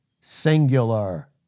singular